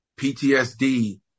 PTSD